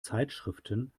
zeitschriften